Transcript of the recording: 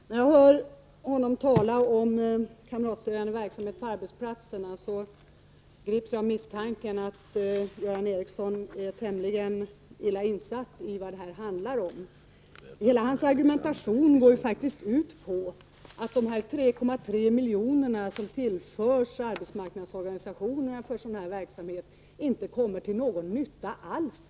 Herr talman! Först till Göran Ericsson: När jag hör Göran Ericsson tala om kamratstödjande verksamhet på arbetsplatserna grips jag av misstanken att han är tämligen illa insatt i vad det handlar om. Hela hans argumentation går ju ut på att dessa 3,3 miljoner som tillförs arbetsmarknadsorganisationerna för sådan här verksamhet inte kommer till någon nytta alls.